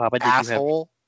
asshole